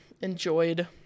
enjoyed